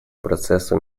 процессу